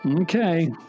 Okay